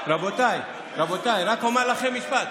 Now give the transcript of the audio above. רבותיי, רק אומר לכם משפט.